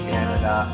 Canada